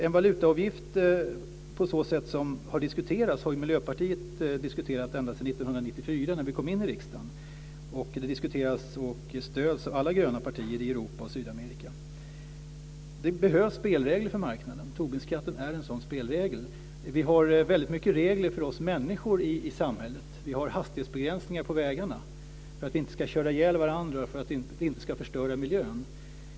En valutaavgift på det sätt som har diskuterats har Miljöpartiet diskuterat ända sedan 1994 när vi kom in i riksdagen. Den diskuteras och stöds av alla gröna partier i Europa och Sydamerika. Det behövs spelregler för marknaden. Tobinskatten är en sådan spelregel. Vi har väldigt många regler för oss människor i samhället. Vi har hastighetsbegränsningar på vägarna för att vi inte ska köra ihjäl varandra och för att vi inte ska förstöra miljön.